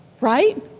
right